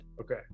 Okay